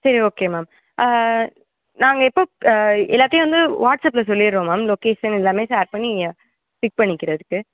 சரி okay ma'am ஆ நாங்கள் எப்போ ஆ எல்லாத்தையும் வந்து வாட்ஸப்பில் சொல்லிடறோம் மேம் லொக்கேஷன் எல்லாமே ஷேர் பண்ணி பிக் பண்ணிக்கிறதுக்கு